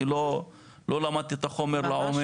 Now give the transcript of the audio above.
אני לא למדתי את החומר לעומק.